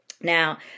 Now